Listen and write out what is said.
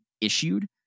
issued